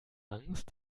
angst